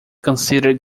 consider